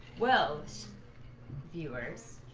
well as yours,